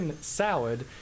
salad